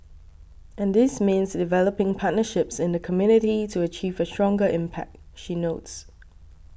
and this means developing partnerships in the community to achieve a stronger impact she notes